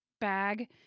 bag